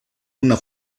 una